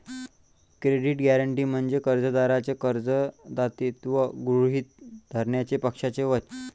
credit guarantee म्हणजे कर्जदाराचे कर्ज दायित्व गृहीत धरण्याचे पक्षाचे वचन